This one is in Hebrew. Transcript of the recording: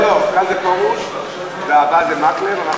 לא, עכשיו זה פרוש, והבא זה מקלב.